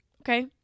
Okay